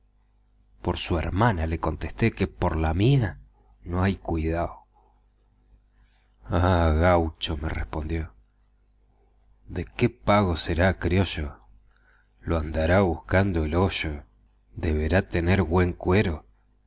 por su hermana contesté que por la mía no hay cuidao ah gaucho me respondió de que pago será crioyo lo andará buscando el hoyo deberá tener güen cuero